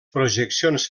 projeccions